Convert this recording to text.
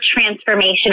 transformation